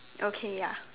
okay ya